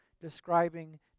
describing